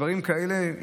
דברים כאלה,